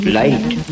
light